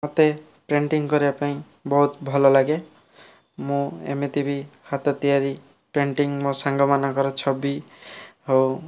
ମୋତେ ପେଣ୍ଟିଙ୍ଗ୍ କରିବା ପାଇଁ ବହୁତ ଭଲ ଲାଗେ ମୁଁ ଏମିତି ବି ହାତ ତିଆରି ପେଣ୍ଟିଙ୍ଗ୍ ମୋ ସାଙ୍ଗ ମାନଙ୍କର ଛବି ହେଉ